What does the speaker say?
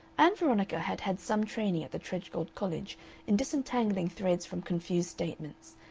ann veronica had had some training at the tredgold college in disentangling threads from confused statements,